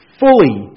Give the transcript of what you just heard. fully